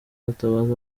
gatabazi